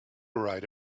right